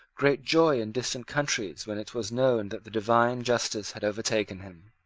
great joy in distant countries when it was known that the divine justice had overtaken him.